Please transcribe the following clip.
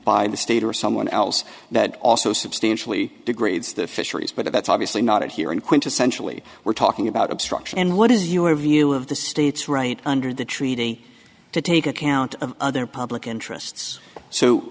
by the state or someone else that also substantially degrades the fisheries but that's obviously not here in quintessentially we're talking about obstruction and what is your view of the state's right under the treaty to take account of other public interests so